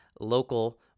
local